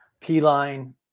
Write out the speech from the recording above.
P-Line